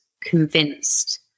convinced